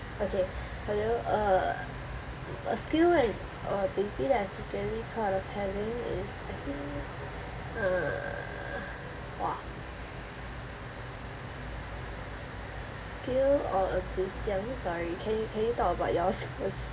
okay hello uh a skill and ability that I secretly proud of having is I think uh !wah! skill or ability I mean sorry can you can you talk about yours first